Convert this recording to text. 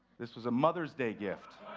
this was a mother's day gift.